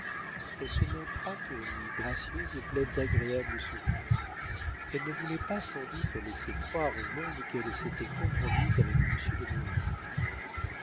elle se montra pour lui gracieuse et pleine d'agréables sourires elle ne voulait pas sans doute laisser croire au monde qu'elle s'était compromise avec monsieur de